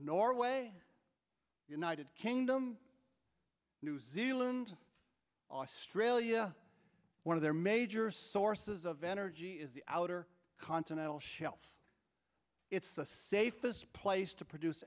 norway united kingdom new zealand australia one of their major sources of energy is the outer continental shelf it's the safest place to produce